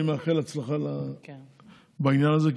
אני מאחל הצלחה בעניין הזה,